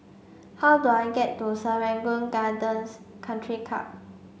how do I get to Serangoon Gardens Country Club